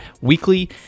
weekly